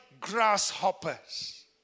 grasshoppers